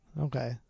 Okay